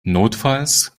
notfalls